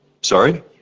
Sorry